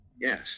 Yes